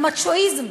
על מצ'ואיזם.